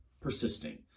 persisting